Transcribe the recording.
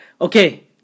Okay